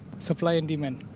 supply and demand.